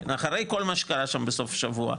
אחרי כל מה שקרה שם בסוף השבוע,